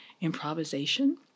improvisation